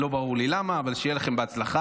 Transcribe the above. לא ברור לי למה, אבל שיהיה לכם בהצלחה.